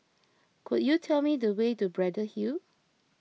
could you tell me the way to Braddell Hill